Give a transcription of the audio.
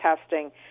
testing